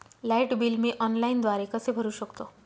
Light bill मी ऑनलाईनद्वारे कसे भरु शकतो?